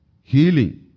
healing